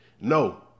No